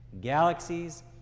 GALAXIES